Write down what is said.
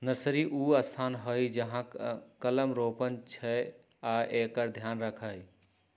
nursery उ स्थान हइ जहा कलम रोपइ छइ आ एकर ध्यान रखहइ